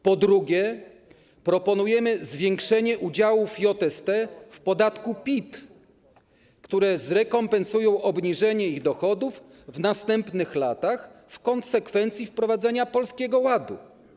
Po drugie, proponujemy zwiększenie udziałów JST w podatku PIT, które zrekompensują obniżenie ich dochodów w następnych latach w konsekwencji wprowadzenia Polskiego Ładu.